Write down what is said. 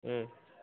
ಹ್ಞೂ